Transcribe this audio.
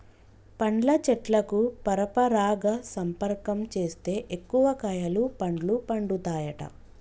పండ్ల చెట్లకు పరపరాగ సంపర్కం చేస్తే ఎక్కువ కాయలు పండ్లు పండుతాయట